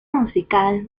musical